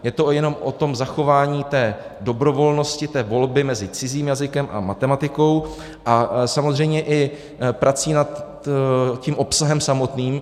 Je to jenom o zachování té dobrovolnosti, volby mezi cizím jazykem a matematikou, a samozřejmě i prací nad tím obsahem samotným.